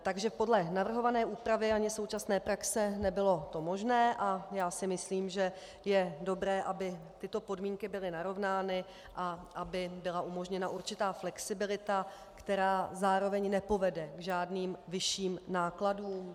Takže podle navrhované úpravy ani současné praxe to nebylo možné a já si myslím, že je dobré, aby tyto podmínky byly narovnány a aby byla umožněna určitá flexibilita, která zároveň nepovede k žádným vyšším nákladům.